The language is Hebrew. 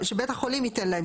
שבית החולים ייתן להם.